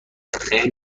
خیر